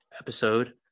episode